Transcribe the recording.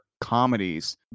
comedies